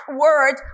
word